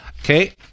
okay